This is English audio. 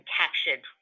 captured